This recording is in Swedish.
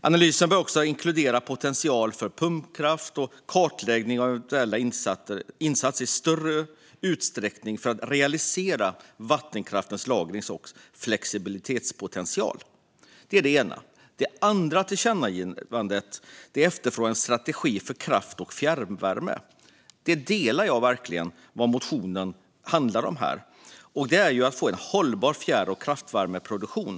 Analysen bör också inkludera potential för pumpkraft och kartläggning av eventuella insatser för att i större utsträckning realisera vattenkraftens lagrings och flexibilitetspotential. Det är det ena. I det andra förslaget till tillkännagivande efterfrågas en strategi för kraft och fjärrvärme. Där delar jag verkligen vad motionen handlar om, nämligen behovet av att få en hållbar fjärr och kraftvärmeproduktion.